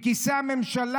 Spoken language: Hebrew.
מכיסא הממשלה,